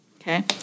okay